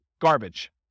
garbage